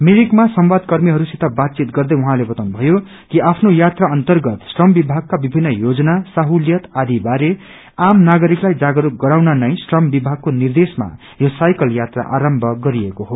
मिरिकमा सेवादकर्मीहरूसित बातचित गर्दै उहाँले बताउनुभयो कि आफ्नो यात्रा अर्न्तगत श्रम विभागका विभिन्न योजना सहुलियत आदि बारे आम नागरिकलाई जागरूक गराउन नै श्रम विभागको निद्रेशमा यो साइकल यात्रा आरम्भ गरिएको हो